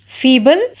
feeble